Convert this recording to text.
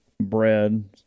bread